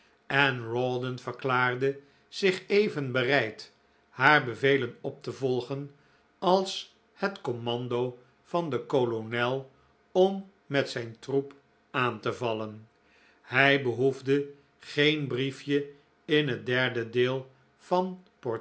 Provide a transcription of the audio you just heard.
en rawdon verklaarde zich even bereid haar bevelen op te volgen als het kommando van den kolonel om met zijn troep aan te vallen hij behoefde geen briefje in het derde deel van